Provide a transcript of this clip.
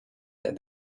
that